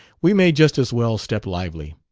we may just as well step lively.